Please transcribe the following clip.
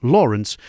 Lawrence